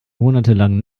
monatelang